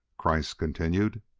kreiss continued.